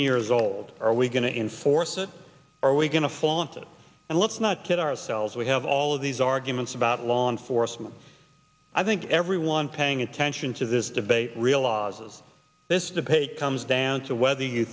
years old are we going to enforce it are we going to flaunt it and let's not kid ourselves we have all of these arguments about law enforcement i think everyone paying attention to this debate realizes this debate on down to whether you